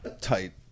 tight